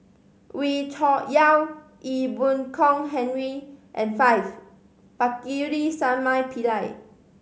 Wee Cho Yaw Ee Boon Kong Henry and five Pakirisamy Pillai